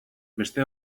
beste